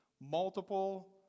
Multiple